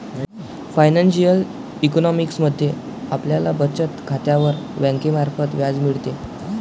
financial economics मध्ये आपल्याला बचत खात्यावर बँकेमार्फत व्याज मिळते